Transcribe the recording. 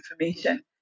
information